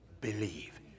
believe